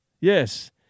Yes